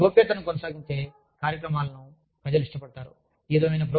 కార్మికుల గోప్యతను కొనసాగించే కార్యక్రమాలను ప్రజలు ఇష్టపడతారు